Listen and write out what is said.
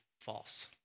false